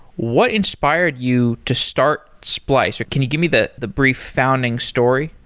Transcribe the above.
what inspired you to start splice? or can you give me the the brief founding story?